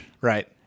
Right